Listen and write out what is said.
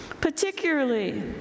Particularly